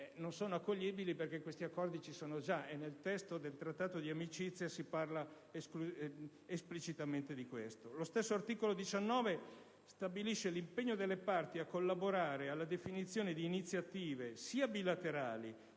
non sono accoglibili perché questi accordi sono già in essere e nel testo del Trattato di amicizia se ne parla esplicitamente. Lo stesso articolo 19 del Trattato stabilisce l'impegno delle parti a collaborare alla definizione di iniziative, sia bilaterali